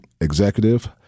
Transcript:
executive